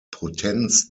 potenz